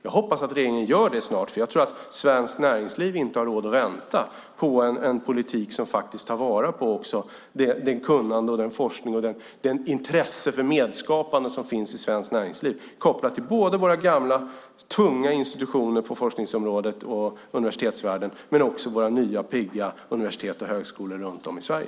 Jag hoppas att regeringen gör det snart, för jag tror att svenskt näringsliv inte har råd att vänta på en politik som tar vara på det kunnande, den forskning och det intresse för medskapande som finns i svenskt näringsliv, kopplat till både våra gamla tunga institutioner på forskningsområdet och i universitetsvärlden och våra nya pigga universitet och högskolor runt om i Sverige.